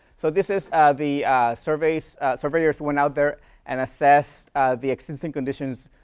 so, this is ah the surveys. surveyors went out there and assessed the existing conditions,